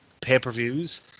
pay-per-views